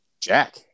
Jack